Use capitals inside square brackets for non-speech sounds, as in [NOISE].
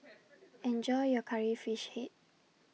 [NOISE] Enjoy your Curry Fish Head